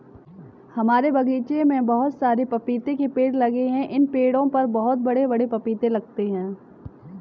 हमारे बगीचे में बहुत सारे पपीते के पेड़ लगे हैं इन पेड़ों पर बहुत बड़े बड़े पपीते लगते हैं